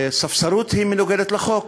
ספסרות מנוגדת לחוק,